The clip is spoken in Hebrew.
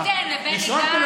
למי ניתן, לבני גנץ?